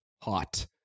Hot